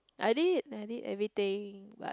I did I did everything but